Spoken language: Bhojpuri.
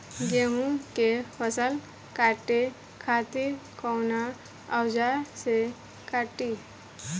गेहूं के फसल काटे खातिर कोवन औजार से कटी?